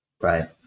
right